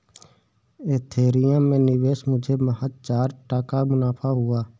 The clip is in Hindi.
एथेरियम में निवेश मुझे महज चार टका मुनाफा हुआ